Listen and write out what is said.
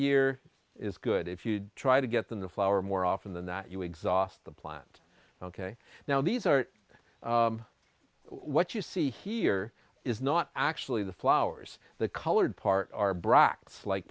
year is good if you try to get them to flower more often than that you exhaust the plant ok now these are what you see here is not actually the flowers the colored part are brock's li